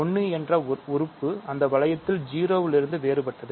1 என்ற உறுப்பு அந்த வளையத்தில் 0 இலிருந்து வேறுபட்டது